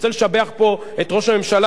אני רוצה לשבח פה את ראש הממשלה,